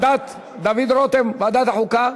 דוד רותם, ועדת החוקה?